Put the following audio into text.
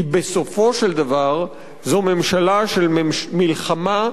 כי בסופו של דבר זו ממשלה של מלחמה,